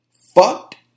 Fucked